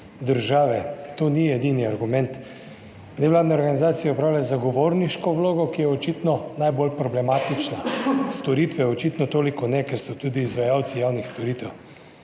države, to ni edini argument. Nevladne organizacije opravljajo zagovorniško vlogo, ki je očitno najbolj problematična. Storitve očitno toliko ne, ker so tudi izvajalci javnih storitev.